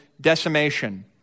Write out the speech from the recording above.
decimation